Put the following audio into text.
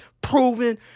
proven